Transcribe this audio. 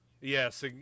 Yes